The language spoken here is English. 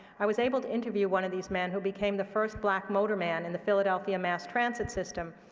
i was able to interview one of these men, who became the first black motorman in the philadelphia mass transit system.